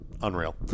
Unreal